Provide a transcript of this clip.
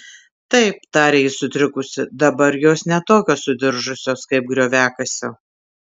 taip tarė ji sutrikusi dabar jos ne tokios sudiržusios kaip grioviakasio